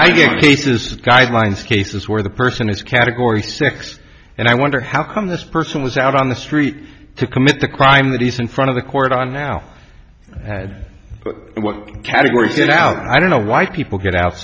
says guidelines cases where the person is a category six and i wonder how come this person was out on the street to commit the crime that he's in front of the court on now head what category i don't know why people get out